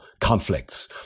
conflicts